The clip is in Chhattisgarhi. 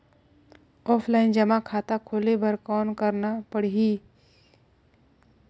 ऑफलाइन जमा खाता खोले बर कौन करना पड़ही?